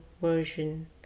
version